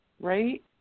right